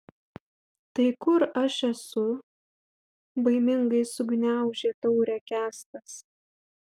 tai kur aš esu baimingai sugniaužė taurę kęstas